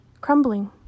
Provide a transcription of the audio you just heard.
Crumbling